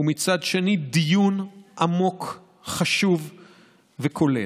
ומצד שני, דיון עמוק, חשוב וכולל.